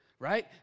Right